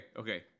okay